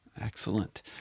Excellent